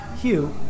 Hugh